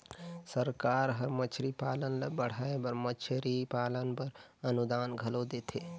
सरकार हर मछरी पालन ल बढ़ाए बर मछरी पालन बर अनुदान घलो देथे